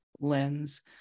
lens